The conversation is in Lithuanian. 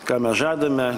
ką mes žadame